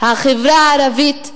החברה הערבית,